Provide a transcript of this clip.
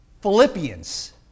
Philippians